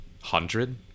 hundred